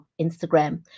Instagram